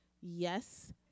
Yes